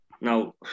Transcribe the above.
now